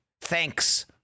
Thanks